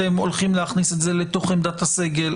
אתם הולכים להכניס את זה לתוך עמדת הסגל.